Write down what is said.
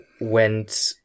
went